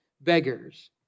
beggars